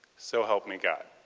so help me god.